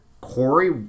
Corey